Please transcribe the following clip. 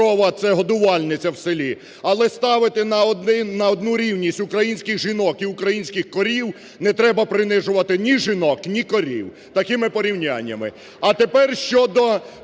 А тепер щодо